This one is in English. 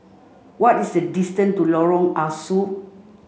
what is the distance to Lorong Ah Soo